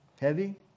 heavy